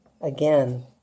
again